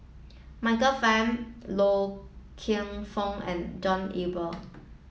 Michael Fam Loy Keng Foo and John Eber